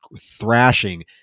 thrashing